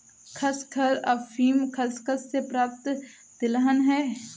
खसखस अफीम खसखस से प्राप्त तिलहन है